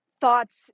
thoughts